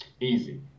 Easy